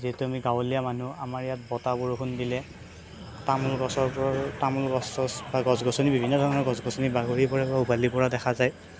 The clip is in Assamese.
যিহেতু আমি গাঁৱলীয়া মানুহ আমাৰ ইয়াত বতাহ বৰষুণ দিলে তামোল গছৰ তামোল গছ ছচ বা গছ গছনি বিভিন্ন ধৰণৰ গছ গছনি বাগৰি পৰে বা উভালি পৰা দেখা যায়